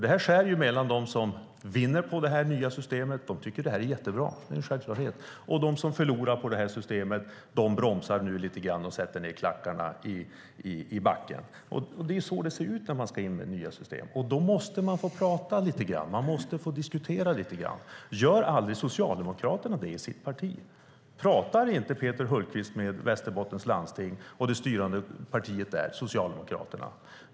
Det här skär mellan dem som vinner med det nya systemet och tycker att det är jättebra och dem som förlorar på systemet och bromsar lite grann och sätter ned klackarna i backen. Så ser det ut när man ska in med nya system, och då måste man få prata och diskutera. Gör Socialdemokraterna aldrig det i sitt parti? Pratar inte du, Peter Hultqvist, med Västerbottens landsting och det styrande partiet där, Socialdemokraterna?